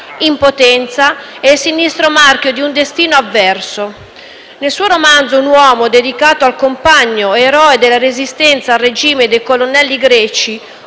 impotenza e il sinistro marchio di un destino avverso. Nel suo romanzo «Un uomo», dedicato al compagno eroe della Resistenza al regime dei colonnelli greci,